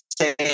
say